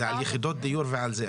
זה על יחידות ועל זה,